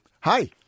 Hi